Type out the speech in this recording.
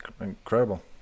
incredible